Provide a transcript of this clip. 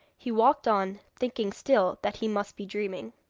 he walked on, thinking still that he must be dreaming.